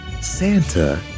Santa